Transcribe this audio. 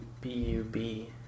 B-U-B